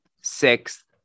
sixth